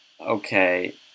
okay